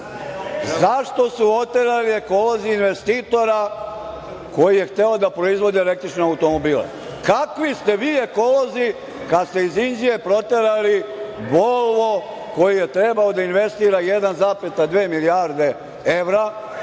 zašto su oterali ekolozi investitora koji je hteo da proizvodi električne automobile? Kakvi ste vi ekolozi kada ste iz Inđije proterali Volvo koji je trebao da investira 1,2 milijarde evra